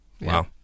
Wow